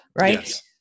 right